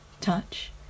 touch